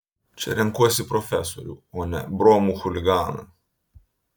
čia renkuosi profesorių o ne bromų chuliganą